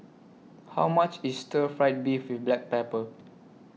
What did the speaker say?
How much IS Stir Fried Beef with Black Pepper